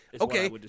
Okay